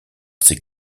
ses